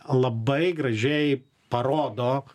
labai gražiai parodo